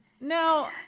Now